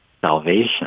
salvation